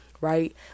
right